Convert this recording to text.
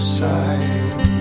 side